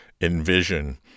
envision